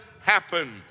happen